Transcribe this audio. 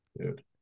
Dude